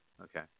Okay